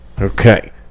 Okay